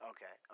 Okay